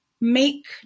make